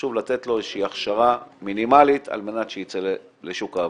חשוב לתת לו איזה שהיא הכשרה מינימלית על מנת שייצא לשוק העבודה.